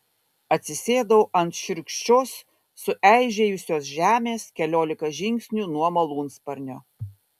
atsisėdau ant šiurkščios sueižėjusios žemės keliolika žingsnių nuo malūnsparnio